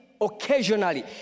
occasionally